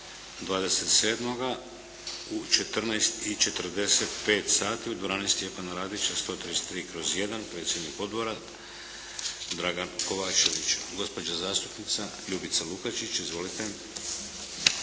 27. u 14,45 sati u dvorani "Stjepana Radića" 133/1, predsjednik Odbora Dragan Kovačević. Gospođa zastupnica Ljubica Lukačić. Izvolite.